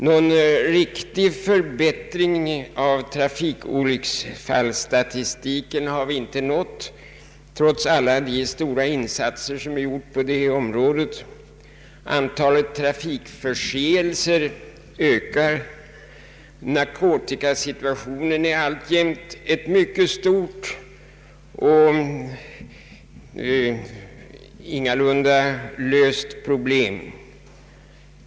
Någon riktig förbättring av trafikolycksfallsstatistiken har vi inte nått trots alla de stora insatser som gjorts på området. Antalet trafikförseelser ökar. Narkotikasituationen är alltjämt ett stort och ingalunda löst problem.